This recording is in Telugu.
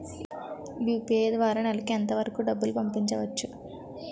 యు.పి.ఐ ద్వారా నెలకు ఎంత వరకూ డబ్బులు పంపించవచ్చు?